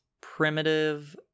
primitive